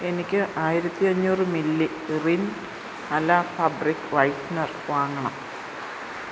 എനിക്ക് ആയിരത്തി അഞ്ഞൂറ് milli Rin Ala fabric whitener വാങ്ങണം